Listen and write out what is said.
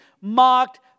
mocked